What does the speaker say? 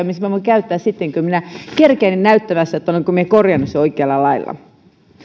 missä minä voin käyttää sitten kun minä kerkeän näyttämässä olenko minä korjannut sen oikealla lailla